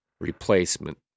replacement